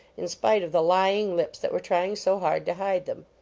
in spite of the lying lips that were trying so hard to hide them.